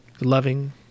Loving